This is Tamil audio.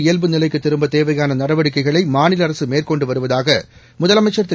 இயல்புநிலைக்கு திரும்ப தேவையான நடவடிக்கைகளை மாநில அரசு மேற்கொண்டு வருவதாக முதலமைச்சர் திரு